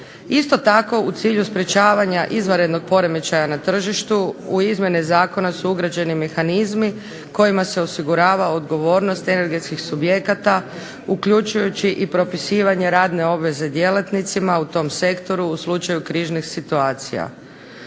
Isto tako, u cilju sprečavanja izvanrednog poremećaja na tržištu u izmjene zakona su ugrađeni mehanizmi kojima se osigurava odgovornost energetskih subjekata uključujući i propisivanje radne obveze djelatnicima u tom sektoru u slučaju kriznih situacija.